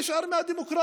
מה נשאר מהדמוקרטיה?